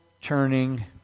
turning